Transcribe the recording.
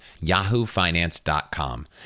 yahoofinance.com